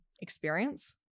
experience